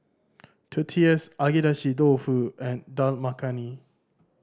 Tortillas Agedashi Dofu and Dal Makhani